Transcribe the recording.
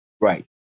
Right